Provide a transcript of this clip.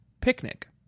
picnic